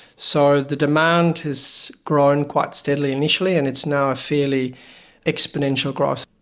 so the demand has grown quite steadily initially and it's now a fairly exponential growth.